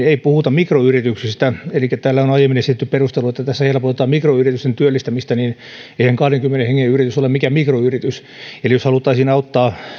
ei puhuta mikroyrityksistä täällä on aiemmin esitetty perustelu että tässä helpotetaan mikroyritysten työllistämistä mutta eihän kahdenkymmenen hengen yritys ole mikään mikroyritys eli jos haluttaisiin auttaa